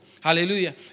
hallelujah